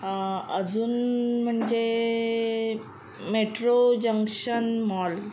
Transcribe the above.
अजून म्हणजे metro junction mall